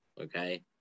okay